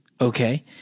Okay